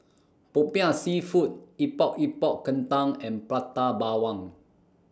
Popiah Seafood Epok Epok Kentang and Prata Bawang